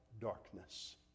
darkness